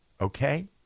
Okay